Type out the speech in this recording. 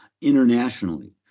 internationally